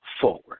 forward